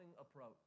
approach